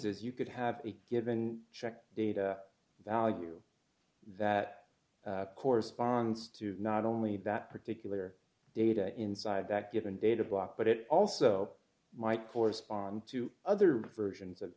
is you could have a given checked data value that corresponds to not only that particular data inside that given data block but it also might force onto other versions of